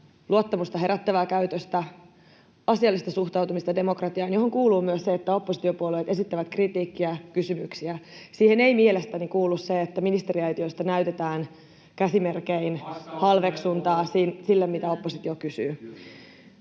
luottamusta herättävää käytöstä, asiallista suhtautumista demokratiaan, johon kuuluu myös se, että oppositiopuolueet esittävät kritiikkiä, kysymyksiä. Siihen ei mielestäni kuulu se, että ministeriaitiosta näytetään käsimerkein halveksuntaa sille, mitä oppositio kysyy.